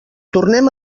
tornem